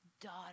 Daughter